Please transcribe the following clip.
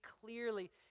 clearly